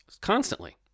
Constantly